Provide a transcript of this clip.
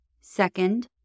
Second